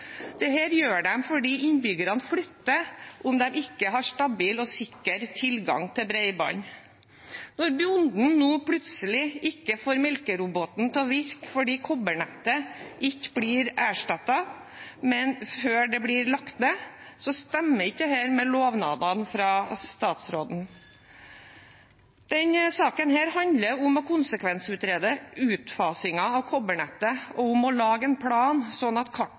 gjør de fordi innbyggerne flytter om de ikke har stabil og sikker tilgang til bredbånd. Når bonden plutselig ikke får melkeroboten til å virke fordi kobbernettet ikke blir erstattet, men før det er lagt ned, stemmer ikke dette med lovnadene fra statsråden. Denne saken handler om å konsekvensutrede utfasingen av kobbernettet og om å lage en plan, slik at